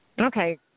Okay